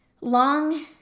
long